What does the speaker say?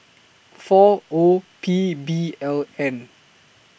four O P B L N